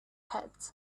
heads